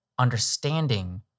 understanding